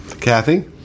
Kathy